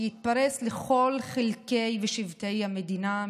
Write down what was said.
שיתפרס בכל חלקי ושבטי המדינה,